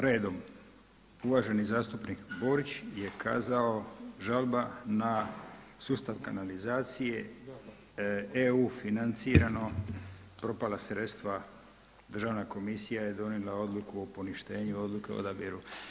Redom, uvaženi zastupnik Borić je kazao žalba na sustav kanalizacije EU financirano, propala sredstva, državna komisija je donijela odluku o poništenju odluke o odabiru.